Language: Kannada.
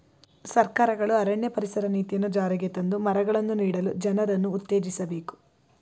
ಸರ್ಕಾರಗಳು ಅರಣ್ಯ ಪರಿಸರ ನೀತಿಯನ್ನು ಜಾರಿಗೆ ತಂದು ಮರಗಳನ್ನು ನೀಡಲು ಜನರನ್ನು ಉತ್ತೇಜಿಸಬೇಕು